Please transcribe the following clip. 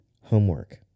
homework